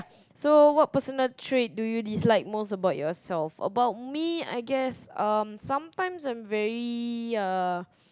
so what personal trait do you dislike most about yourself about me I guess um sometimes I'm very uh